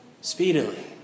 Speedily